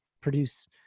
produce